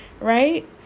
right